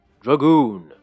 Dragoon